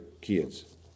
kids